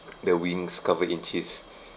the wings covered in cheese